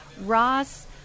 Ross